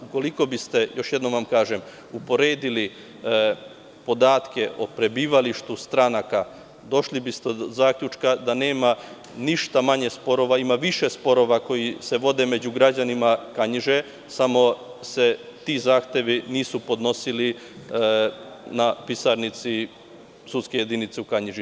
Ukoliko biste, jošjednom vam kažem, uporedili podatke o prebivalištu stranaka, došli biste do zaključka da nema ništa manje sporova, ima više sporova koji se vode među građanima Kanjiže, samo se ti zahtevi nisu podnosili na pisarnici sudske jedinice u Kanjiži.